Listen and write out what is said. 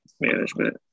management